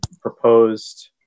proposed